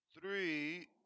three